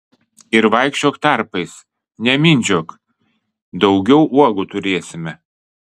ir vaikščiok tarpais nemindžiok daugiau uogų turėsime